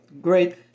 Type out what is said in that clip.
great